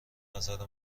نظر